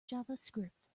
javascript